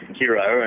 hero